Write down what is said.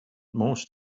most